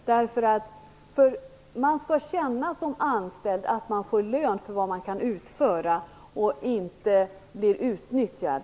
Man skall känna att man får lön för vad man kan utföra som anställd och att man inte blir utnyttjad.